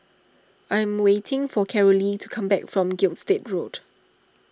I am waiting for Carolee to come back from Gilstead Road